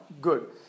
good